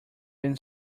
than